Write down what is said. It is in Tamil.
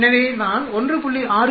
எனவே நான் 1